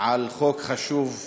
על חוק חשוב זה,